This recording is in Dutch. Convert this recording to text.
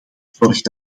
zorgt